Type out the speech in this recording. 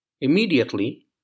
Immediately